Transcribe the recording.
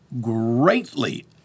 greatly